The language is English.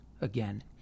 again